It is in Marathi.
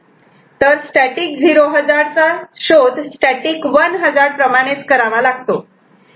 तर स्टॅटिक 0 हजार्ड चा शोध स्टॅटिक 1 हजार्ड प्रमाणेच करावा लागतो